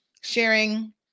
sharing